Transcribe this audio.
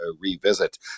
revisit